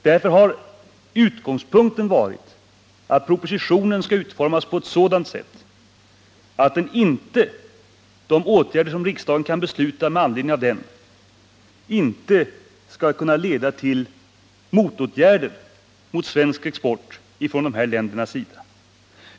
Därför har utgångspunkten varit att propositionen skall utformas på ett sådant sätt att de åtgärder som riksdagen kan besluta med anledning av propositionen inte skall kunna leda till motåtgärder från dessa länders sida mot svensk export.